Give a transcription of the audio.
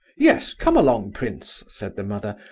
yes come along, prince, said the mother,